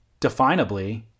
definably